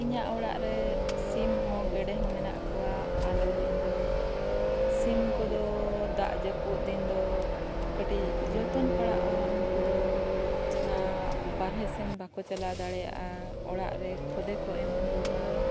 ᱤᱧᱟᱹᱜ ᱚᱲᱟᱜ ᱨᱮ ᱥᱤᱢ ᱦᱚᱸ ᱜᱮᱰᱮ ᱦᱚᱸ ᱢᱮᱱᱟᱜ ᱠᱚᱣᱟ ᱟᱫᱚ ᱤᱧ ᱫᱚ ᱥᱤᱢ ᱠᱚᱫᱚ ᱫᱟᱜ ᱡᱟᱹᱯᱩᱫ ᱫᱤᱱ ᱫᱚ ᱠᱟᱹᱴᱤᱡ ᱡᱚᱛᱚᱱ ᱯᱟᱲᱟᱜᱼᱟ ᱩᱱᱠᱩ ᱫᱚ ᱚᱱᱟ ᱵᱟᱦᱨᱮ ᱥᱮᱱ ᱵᱟᱠᱚ ᱪᱟᱞᱟᱣ ᱫᱟᱲᱮᱭᱟᱜᱼᱟ ᱚᱲᱟᱜ ᱨᱮ ᱠᱷᱚᱫᱮ ᱠᱚ ᱮᱢ ᱦᱩᱭᱩᱜᱼᱟ